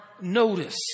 notice